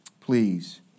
Please